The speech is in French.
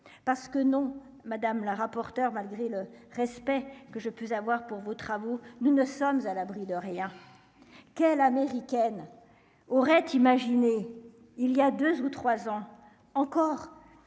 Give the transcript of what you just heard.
parce que non, madame la rapporteure, malgré le respect que je peux avoir pour vos travaux, nous ne sommes à l'abri de rien quel américaine aurait imaginé il y a 2 ou 3 ans encore